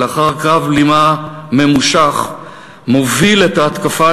ולאחר קרב בלימה ממושך מוביל את ההתקפה